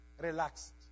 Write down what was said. relaxed